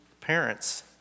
parents